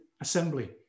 assembly